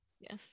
Yes